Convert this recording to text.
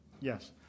Yes